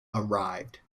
arrived